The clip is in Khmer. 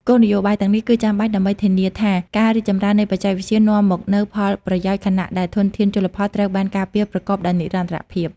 គោលនយោបាយទាំងនេះគឺចាំបាច់ដើម្បីធានាថាការរីកចម្រើននៃបច្ចេកវិទ្យានាំមកនូវផលប្រយោជន៍ ខណៈពេលដែលធនធានជលផលត្រូវបានការពារប្រកបដោយនិរន្តរភាព។